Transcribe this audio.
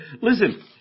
Listen